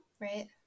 Right